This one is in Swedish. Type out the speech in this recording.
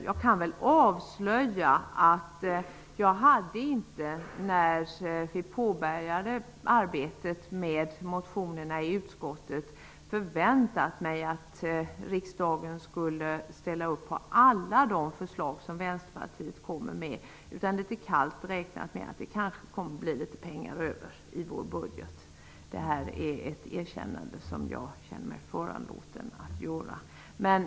Jag kan väl avslöja att jag när vi påbörjade arbetet med motionerna i utskottet inte hade förväntat mig att riksdagen skulle ställa sig bakom alla de förslag som Vänsterpartiet kommer med utan litet kallt hade räknat med att det kanske kommer att bli pengar över i vår budget. Jag känner mig föranlåten att erkänna detta.